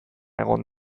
egon